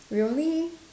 we only